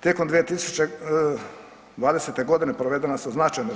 Tijekom 2020. godine provedena su značajna